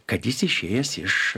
kad jis išėjęs iš